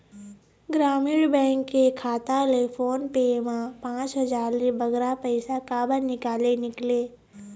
ग्रामीण बैंक के खाता ले फोन पे मा पांच हजार ले बगरा पैसा काबर निकाले निकले?